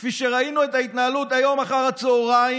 כפי שראינו את ההתנהלות היום אחר הצוהריים